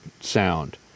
sound